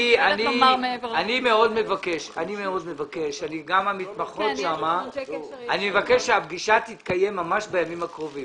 אני מאוד מבקש - גם מהמתמחות - שהפגישה תתקיים ממש בימים הקרובים.